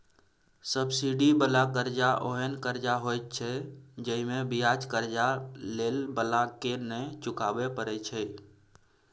subsidy बला कर्जा ओहेन कर्जा होइत छै जइमे बियाज कर्जा लेइ बला के नै चुकाबे परे छै